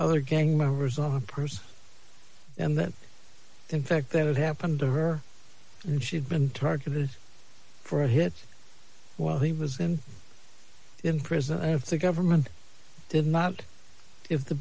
other gang members off bruce and that in fact that happened to her and she'd been targeted for a hit while he was them in prison if the government did not if the